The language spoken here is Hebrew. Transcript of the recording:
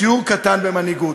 שיעור קטן במנהיגות.